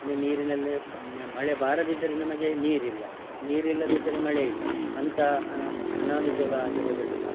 ಅಂದರೆ ನೀರಿನಲ್ಲಿ ಮಳೆ ಬಾರದಿದ್ದರೆ ನಮಗೆ ನೀರಿಲ್ಲ ನೀರಿಲ್ಲದಿದ್ದರೆ ಮಳೆಯಿಲ್ಲ ಅಂಥ ಅನಾನುಕೂಲ ಆಗಿರೋದರಿಂದ